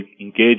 engage